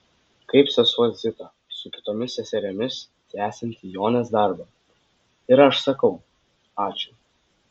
kaip sesuo zita su kitomis seserimis tęsianti jonės darbą ir aš sakau ačiū